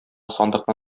сандыкны